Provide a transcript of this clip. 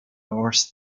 north